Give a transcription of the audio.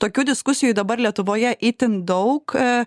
tokių diskusijų dabar lietuvoje itin daug